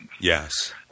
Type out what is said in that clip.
Yes